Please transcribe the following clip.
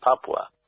Papua